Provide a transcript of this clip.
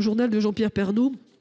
journal télévisé de Jean-Pierre Pernaut